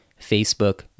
Facebook